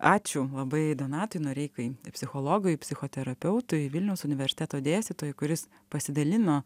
ačiū labai donatui noreikai psichologui psichoterapeutui vilniaus universiteto dėstytojui kuris pasidalino